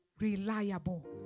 reliable